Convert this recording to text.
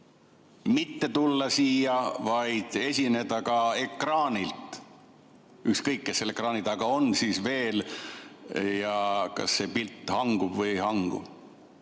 mitte tulla siia, vaid esineda ka ekraanilt, ükskõik, kes seal ekraani taga veel on ja kas see pilt hangub või ei hangu?